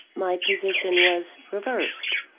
my position was reversed.